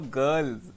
girls